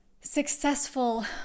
successful